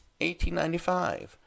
1895